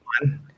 one